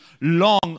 long